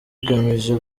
igamije